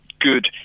good